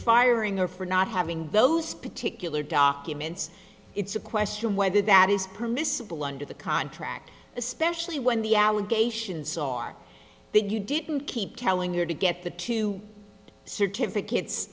firing her for not having those particular documents it's a question whether that is permissible under the contract especially when the allegations are that you didn't keep telling her to get the two certificates